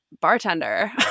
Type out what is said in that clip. Bartender